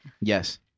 Yes